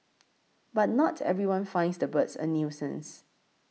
but not everyone finds the birds a nuisance